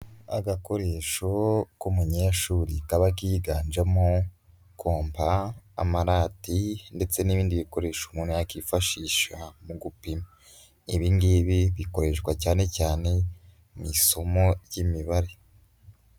Agakoresho k'umunyeshuri kaba kiganjemo: kompa, amarati ndetse n'ibindi bikoresho umuntu yakifashisha mu gupima. Ibi ngibi bikoreshwa cyane cyane mu isomo ry'imibare.